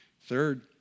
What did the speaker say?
Third